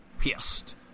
Pissed